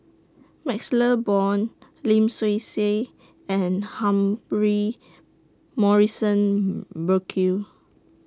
MaxLe Blond Lim Swee Say and Humphrey Morrison Burkill